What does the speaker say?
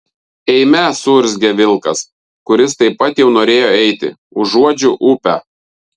eime suurzgė vilkas kuris taip pat jau norėjo eiti užuodžiu upę